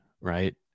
right